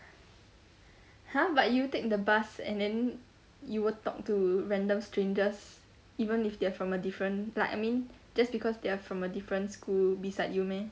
!huh! but you take the bus and then you will talk to random strangers even if they're from a different like I mean just because they're from a different school beside you meh